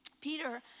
Peter